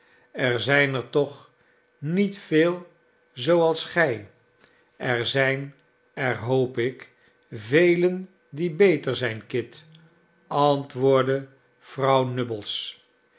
er zijn er toch niet veel zooals gij er zijn er hoop ik velen die beter zijn kit antwoordde vrouw